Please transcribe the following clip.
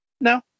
No